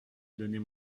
donnez